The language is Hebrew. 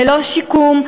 ללא שיקום,